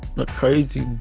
but crazy